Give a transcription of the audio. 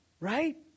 right